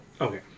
Okay